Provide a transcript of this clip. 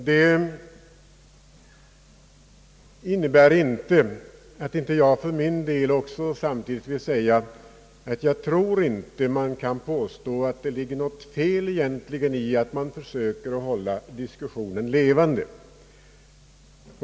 Det innebär inte att jag tror att det egentligen ligger något fel i att försöka hålla diskussionen levande.